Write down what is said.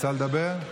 רוצה לדבר?